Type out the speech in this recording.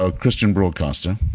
ah christian broadcaster,